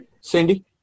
Cindy